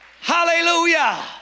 Hallelujah